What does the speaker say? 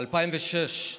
ב-2006,